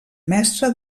mestre